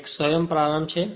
આ એક સ્વપ્રારંભ છે